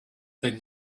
then